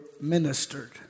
ministered